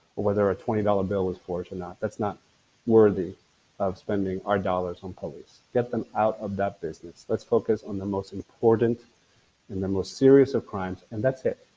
whether a twenty dollar bill was forged or not. that's not worthy of spending our dollars on get them out of that business, let's focus on the most important and the most serious of crimes, and that's it.